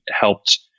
helped